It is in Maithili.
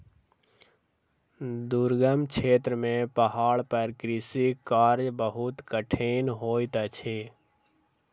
दुर्गम क्षेत्र में पहाड़ पर कृषि कार्य बहुत कठिन होइत अछि